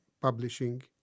publishing